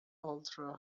ultra